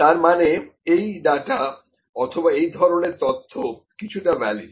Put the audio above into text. তার মানে এই ডাটা অথবা এই ধরনের তথ্য কিছুটা ভ্যালিড